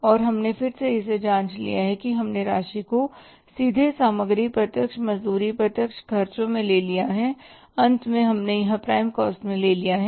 और हमने फिर से इसे फिर से जाँच लिया है हमने राशि को सीधे सामग्री प्रत्यक्ष मजदूरी प्रत्यक्ष खर्चों में ले लिया है अंत में हमने यहां प्राइम कॉस्ट में लिया है